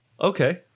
Okay